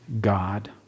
God